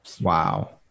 Wow